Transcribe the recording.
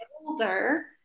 older